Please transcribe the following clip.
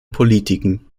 politiken